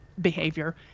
behavior